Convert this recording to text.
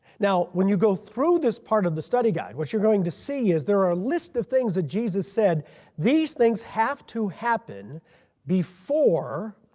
now when you go through this part of the study guide what you are going to see is that there are lists of things that jesus said these things have to happen before